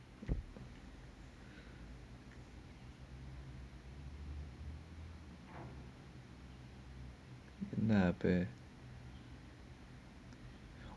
ah the